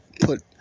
put